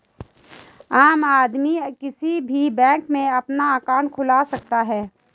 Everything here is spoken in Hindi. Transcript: आम आदमी किसी भी बैंक में अपना अंकाउट खुलवा सकता है